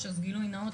גילוי נאות,